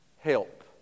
help